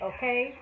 Okay